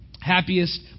happiest